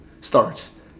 starts